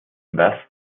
vest